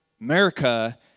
America